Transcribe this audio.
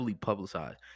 publicized